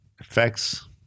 effects